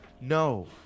no